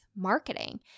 marketing